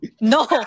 No